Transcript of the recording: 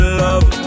love